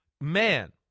man